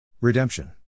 REDEMPTION